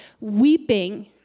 weeping